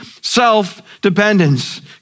self-dependence